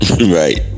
Right